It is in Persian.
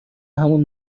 همون